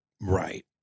Right